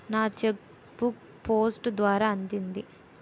నా cheque book post ద్వారా అందింది